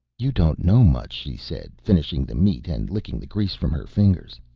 you don't know much, she said, finishing the meat and licking the grease from her fingers.